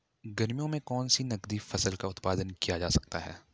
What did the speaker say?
गर्मियों में कौन सी नगदी फसल का उत्पादन किया जा सकता है?